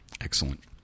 Excellent